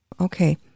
Okay